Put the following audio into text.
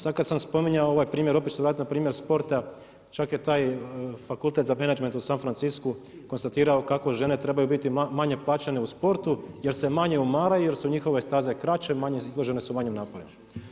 Sada kada sam spominjao ovaj primjer, opet ću se vratiti na primjer sporta, čak je taj fakultet za menadžment u San Francisku konstatirao kako žene trebaju biti manje plaćene u sportu jer se manje umaraju, jer su njihove staze kraće, izložene su manjim naporima.